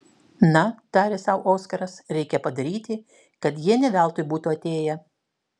na tarė sau oskaras reikia padaryti kad jie ne veltui būtų atėję